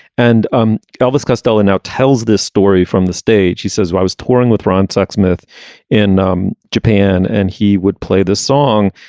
and um elvis costello now tells this story from the stage he says why was touring with ron sexsmith in um japan. and he would play the song.